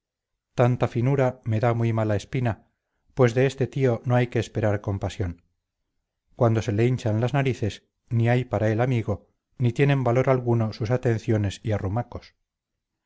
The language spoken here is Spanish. tanta finura me da muy mala espina pues de este tío no hay que esperar compasión cuando se le hinchan las narices ni hay para él amigo ni tienen valor alguno sus atenciones y arrumacos